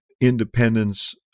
independence